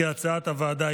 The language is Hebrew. כהצעת הוועדה,